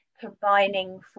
combining